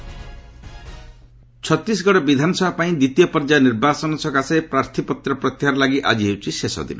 Chhattisgarh withdrawal Chhattisgarh ବିଧାନସଭା ପାଇଁ ଦ୍ୱିତୀୟ ପର୍ଯ୍ୟାୟ ନିର୍ବାଚନ ସକାଶେ ପ୍ରାର୍ଥୀପତ୍ର ପ୍ରତ୍ୟାହାର ଲାଗି ଆଜି ହେଉଛି ଶେଷଦିନ